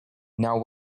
now